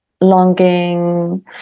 longing